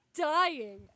dying